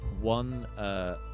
one